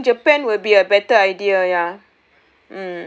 I think japan will be a better idea ya